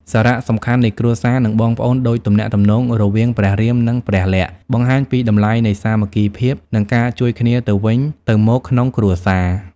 សារៈសំខាន់នៃគ្រួសារ និងបងប្អូនដូចទំនាក់ទំនងរវាងព្រះរាម និងព្រះលក្សណ៍ បង្ហាញពីតម្លៃនៃសាមគ្គីភាព និងការជួយគ្នាទៅវិញទៅមកក្នុងគ្រួសារ ។